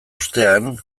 ostean